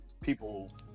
people